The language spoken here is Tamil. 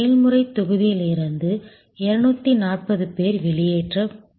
செயல்முறைத் தொகுதியிலிருந்து 240 பேர் வெளியேறலாம்